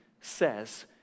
says